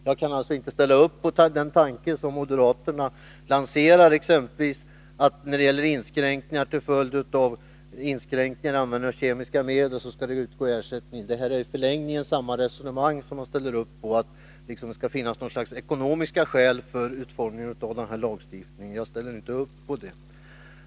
Jag kan alltså inte ställa upp på exempelvis den tanke som moderaterna lanserar, att det vid driftsinskränkningar till följd av inskränkningar i användningen av kemiska medel skall utgå ersättning. Detta äri förlängningen samma resonemang man för, att det skall finnas något slags ekonomiska skäl för utformningen av denna lagstiftning. Jag ställer inte upp på det.